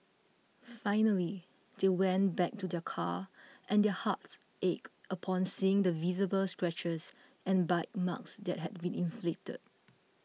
finally they went back to their car and their hearts ached upon seeing the visible scratches and bite marks that had been inflicted